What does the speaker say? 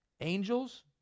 angels